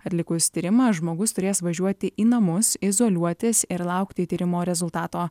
atlikus tyrimą žmogus turės važiuoti į namus izoliuotis ir laukti tyrimo rezultato